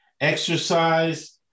Exercise